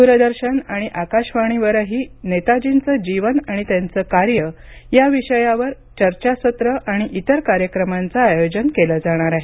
द्रदर्शन आणि आकाशवाणीवरही नेताजींचं जीवन आणि त्यांचं कार्य या विषयावर चर्चासत्र आणि इतर कार्यक्रमांचं आयोजन केलं जाणार आहे